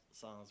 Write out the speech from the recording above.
songs